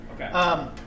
Okay